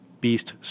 beast